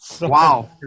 Wow